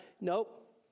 Nope